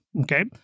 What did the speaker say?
okay